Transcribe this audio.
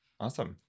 Awesome